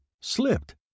slipped